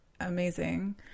amazing